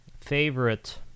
favorite